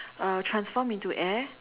uh transform into air